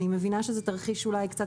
אני מבינה שזה תרחיש שהוא אולי קצת